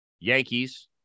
Yankees